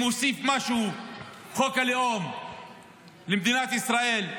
הוסיף משהו חוק הלאום למדינת ישראל,